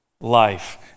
life